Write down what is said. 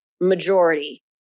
majority